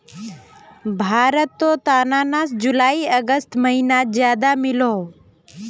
भारतोत अनानास जुलाई अगस्त महिनात ज्यादा मिलोह